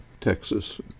Texas